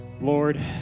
lord